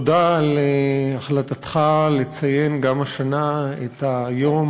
תודה על החלטתך לציין גם השנה את היום